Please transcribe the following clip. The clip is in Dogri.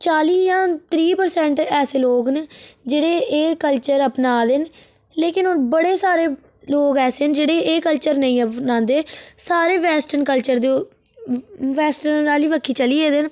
चाली जां त्रीह् परसैंट ऐसे लोग न जेह्ड़े एह् कल्चर अपना दे न लेकिन बड़े सारे लोग ऐसे न जेह्ड़े एह् कल्चर नेई अपनांदे सारे वेस्टर्न कल्चर वेस्टर्न आह्ली बक्खी चली गेदे न